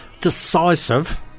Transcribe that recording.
decisive